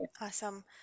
awesome